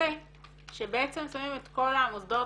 יוצא שבעצם שמים את כל המוסדות,